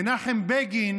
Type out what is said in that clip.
מנחם בגין